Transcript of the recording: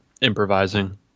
Improvising